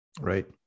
Right